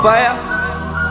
Fire